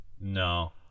No